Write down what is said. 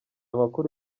makuru